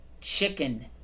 chicken